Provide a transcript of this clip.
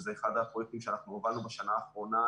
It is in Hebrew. שזה אחד הפרויקטים שאנחנו הובלנו בשנה האחרונה,